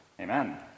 Amen